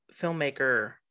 filmmaker